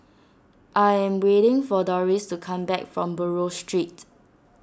I am waiting for Dorris to come back from Buroh Street